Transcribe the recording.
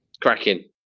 cracking